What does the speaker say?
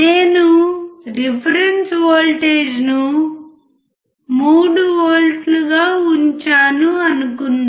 నేను రిఫరెన్స్ వోల్టేజ్ను 3V గా ఉంచాను అనుకుందాం